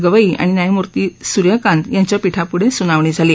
गवई आणि न्यायमूर्ती सुर्यकांत यांच्या पीठापुढे सुनावणी झाली